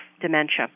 dementia